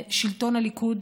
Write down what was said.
שלטון הליכוד,